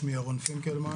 שמי ירון פינקלמן,